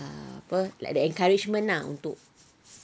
apa like the encouragement ah untuk